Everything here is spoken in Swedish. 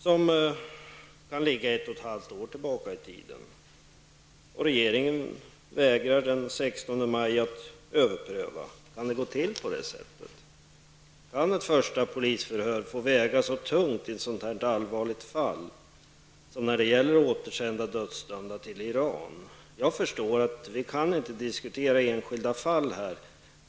Det kan ju ha skett ett och ett halvt år tillbaka i tiden. Den 16 maj vägrade regeringen att gå med på en överprövning. Kan det gå till på det sättet? Kan alltså det första polisförhöret vara så tungt vägande i ett så här allvarligt fall som gäller ett återsändande av en dödsdömd till Iran? Jag förstår att vi inte kan diskutera enskilda fall här i kammaren.